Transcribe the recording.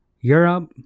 Europe